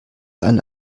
eine